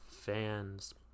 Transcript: fans